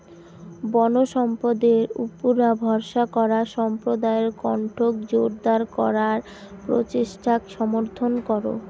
বনসম্পদের উপুরা ভরসা করা সম্প্রদায়ের কণ্ঠক জোরদার করার প্রচেষ্টাক সমর্থন করো